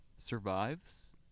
survives